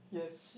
yes